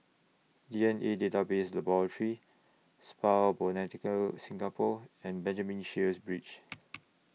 D N A Database Laboratory Spa Botanica Singapore and Benjamin Sheares Bridge